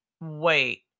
wait